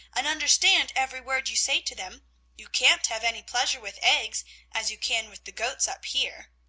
and understand every word you say to them you can't have any pleasure with eggs as you can with the goats up here.